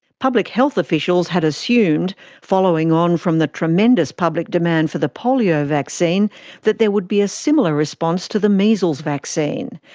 public health officials had assumed following following on from the tremendous public demand for the polio vaccine that there would be a similar response to the measles vaccine.